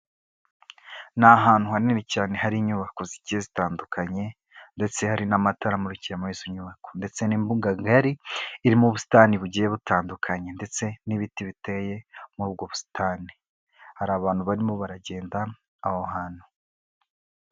Ni ahantu hanini cyane hari inyubako zigiye zitandukanye ndetse hari n'amatara amurikiye muri izo nyubako, ndetse n'imbuga ngari irimo ubusitani bugiye butandukanye ndetse n'ibiti biteye muri ubwo busitani, hari abantu barimo baragenda aho hantu.